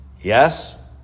Yes